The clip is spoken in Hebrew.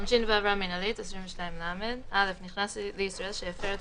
"עונשין ועבירה מינהלית 22ל. (א)נכנס לישראל שהפר את